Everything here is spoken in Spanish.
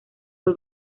fue